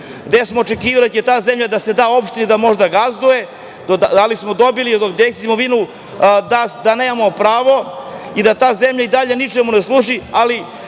zemlje. Očekivali smo da će ta zemlja da se da opštini da možda gazduje, ali smo dobili od Direkcije za imovinu da nemamo pravo i da ta zemlja i dalje ničemu ne služi, ali